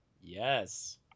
Yes